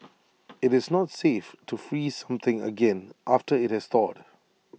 IT is not safe to freeze something again after IT has thawed